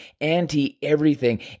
anti-everything